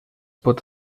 pot